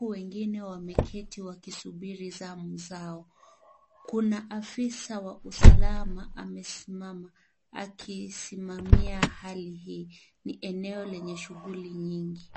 Wengine wameketi wakisubiri zamu zao. Kuna afisa wa usalama amesimama, akisimamia hali hii. Ni eneo lenye shughuli nyingi.